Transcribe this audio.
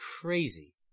crazy